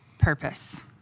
purpose